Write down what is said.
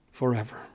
Forever